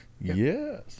Yes